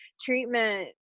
treatment